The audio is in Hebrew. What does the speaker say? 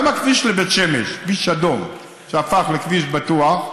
גם הכביש לבית שמש, כביש אדום שהפך לכביש בטוח,